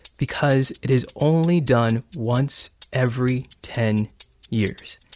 because it is only done once every ten years.